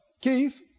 Keith